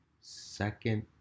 second